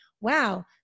Wow